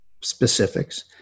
specifics